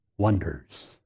wonders